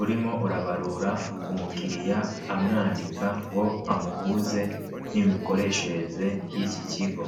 urimo urabarura umukiliya amwandika ngo amuhuze n'imikoreshereze y'iki kigo.